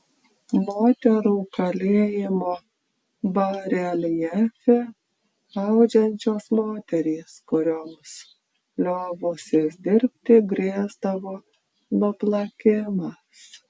moterų kalėjimo bareljefe audžiančios moterys kurioms liovusis dirbti grėsdavo nuplakimas